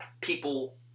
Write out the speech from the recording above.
people